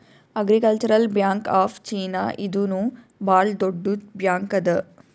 agricultural bank of China ಇದೂನು ಭಾಳ್ ದೊಡ್ಡುದ್ ಬ್ಯಾಂಕ್ ಅದಾ